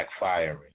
backfiring